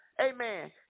Amen